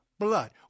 blood